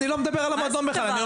אני לא מדבר על המועדון בכלל.